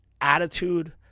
attitude